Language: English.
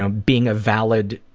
ah being a valid